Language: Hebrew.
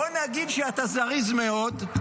בוא נגיד שאתה זריז מאוד.